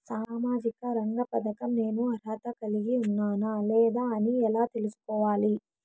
సామాజిక రంగ పథకం నేను అర్హత కలిగి ఉన్నానా లేదా అని ఎలా తెల్సుకోవాలి?